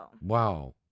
Wow